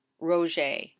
Roger